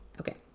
Okay